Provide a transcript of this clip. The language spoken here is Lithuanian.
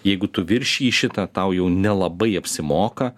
jeigu tu viršiji šitą tau jau nelabai apsimoka